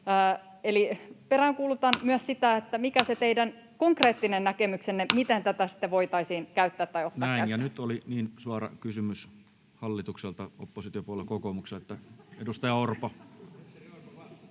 Eli peräänkuulutan myös sitä, mikä on se teidän konkreettinen näkemyksenne, miten tätä sitten voitaisiin käyttää tai ottaa käyttöön. Näin. — Ja nyt oli niin suora kysymys hallitukselta oppositiopuolue kokoomukselle, että edustaja Orpo.